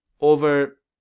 over